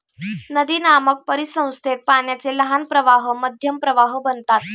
नदीनामक परिसंस्थेत पाण्याचे लहान प्रवाह मध्यम प्रवाह बनतात